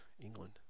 England